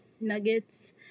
nuggets